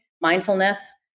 Mindfulness